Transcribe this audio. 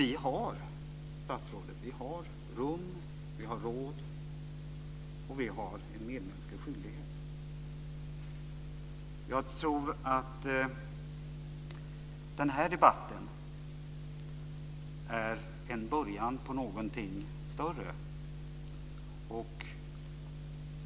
Vi har rum, statsrådet, vi har råd och vi har en medmänsklig skyldighet. Jag tror att den här debatten är en början på någonting större.